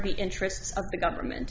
the interests of the government